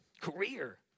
career